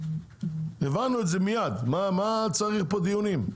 הבנו את זה מיד, מה צריך פה דיונים?